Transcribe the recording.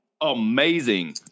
amazing